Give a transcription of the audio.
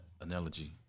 analogy